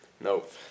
nope